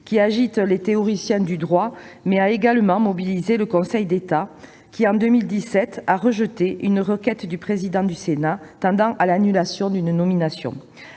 qui agite les théoriciens du droit, mais qui a également mobilisé le Conseil d'État, lequel a, en 2017, rejeté une requête du président du Sénat tendant à l'annulation d'une nomination.